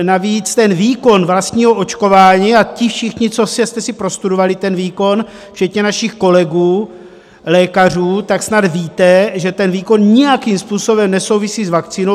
Navíc výkon vlastního očkování, a ti všichni, co jste si prostudovali ten výkon, včetně našich kolegů lékařů, tak snad víte, že ten výkon nijakým způsobem nesouvisí s vakcínou.